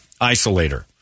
isolator